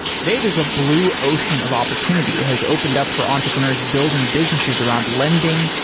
today, there's a blue ocean of opportunity that has opened up for entrepreneurs building businesses around lending,